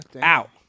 Out